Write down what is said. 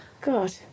God